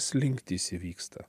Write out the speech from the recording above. slinktys įvyksta